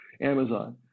Amazon